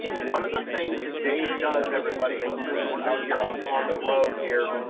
one of the things that dave does, everybody and as we're out here on on the road here,